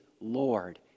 Lord